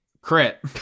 Crit